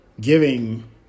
giving